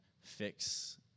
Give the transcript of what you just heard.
fix